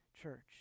church